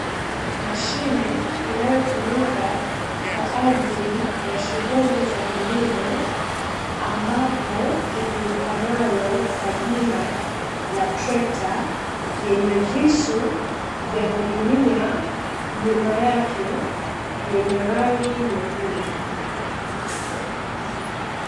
Mashine inayotumika kwa ajili ya shughuli za kilimo, ambapo ijulikanayo kwa jina la trekta, yenye visu vya kulimia nyuma yake, yenye rangi nyekundu.